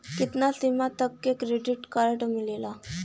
कितना सीमा तक के क्रेडिट कार्ड मिलेला?